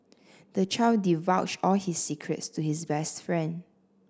the child divulged all his secrets to his best friend